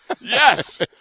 Yes